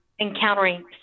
encountering